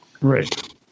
Right